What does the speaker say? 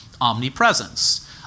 omnipresence